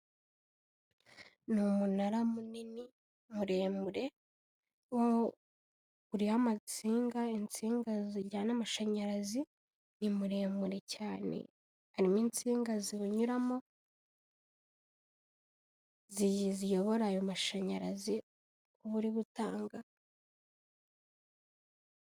Ni umunara munini muremure, uriho amasinga insinga zijyana amashanyarazi, ni muremure cyane harimo insinga ziwunyuramo ziyobora ayo mashanyarazi uba uri gutanga.